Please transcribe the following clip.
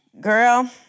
Girl